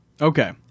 Okay